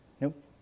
Nope